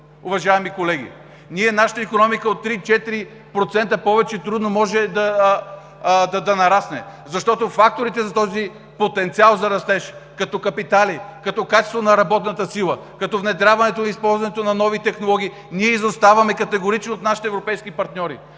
уважаеми колеги. Нашата икономика повече от 3 – 4% трудно може да нарасне, защото с факторите за този потенциал за растеж – като капитали, като качество на работната сила, като внедряването и използването на нови технологии, ние изоставаме категорично от нашите европейски партньори.